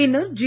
பின்னர் ஜி